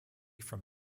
from